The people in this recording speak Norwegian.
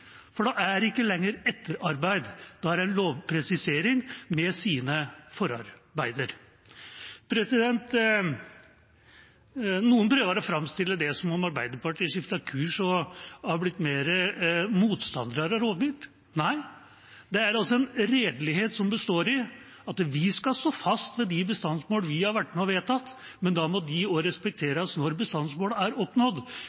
For da er det ikke lenger et etterarbeid; det er en lovpresisering med sine forarbeider. Noen prøver å framstille det som om Arbeiderpartiet har skiftet kurs og blitt mer motstandere av rovdyr. Nei, det er en redelighet som består i at vi skal stå fast ved de bestandsmålene vi har vært med på å vedta, men da må de